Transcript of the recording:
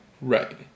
right